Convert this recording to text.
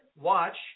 watch